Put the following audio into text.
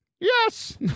yes